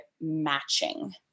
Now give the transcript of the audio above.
matching